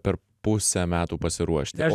per pusę metų pasiruošti